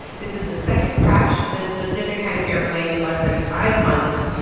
this is the second crash of this specific kind of airplane in less than five months.